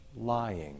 lying